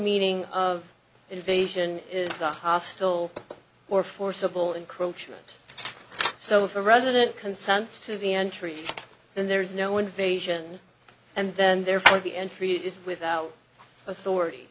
meaning of invasion is a hostile or forcible encroachments so if a resident consents to the entry then there is no invasion and then therefore the entry is without authority